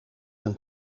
een